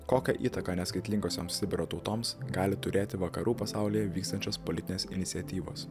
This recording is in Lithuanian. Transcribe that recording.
kokią įtaką neskaitlingoms sibiro tautoms gali turėti vakarų pasaulyje vykstančios politinės iniciatyvos